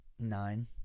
nine